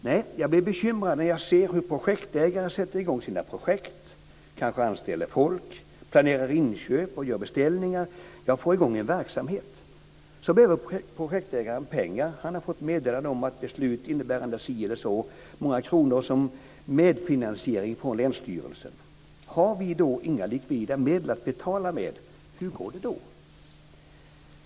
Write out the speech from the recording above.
Nej, men jag blir bekymrad när jag ser hur projektägare sätter i gång sina projekt, kanske anställer folk, planerar inköp och gör beställningar - ja, får i gång en verksamhet. Projektägaren behöver då pengar. Han har fått meddelande om ett beslut innebärande si eller så många kronor som medfinansiering från länsstyrelsen. Har vi då inga likvida medel att betala med, hur går det då?